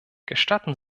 gestatten